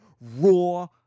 raw